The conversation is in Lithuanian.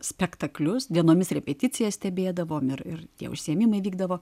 spektaklius dienomis repeticijas stebėdavom ir ir tie užsiėmimai vykdavo